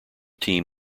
team